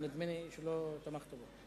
ונדמה לי שלא תמכת בו.